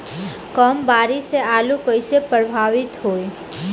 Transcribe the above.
कम बारिस से आलू कइसे प्रभावित होयी?